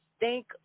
Thank